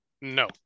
no